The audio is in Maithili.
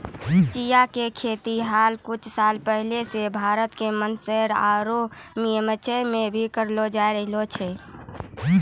चिया के खेती हाल कुछ साल पहले सॅ भारत के मंदसौर आरो निमच मॅ भी करलो जाय रहलो छै